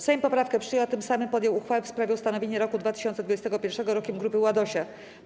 Sejm poprawkę przyjął, a tym samym podjął uchwałę w sprawie ustanowienia roku 2021 Rokiem Grupy Ładosia.